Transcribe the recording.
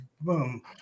boom